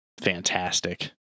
fantastic